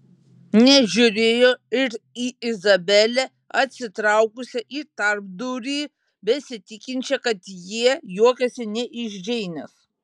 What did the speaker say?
nežiūrėjo ir į izabelę atsitraukusią į tarpdurį besitikinčią kad jie juokiasi ne iš džeinės